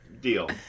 deal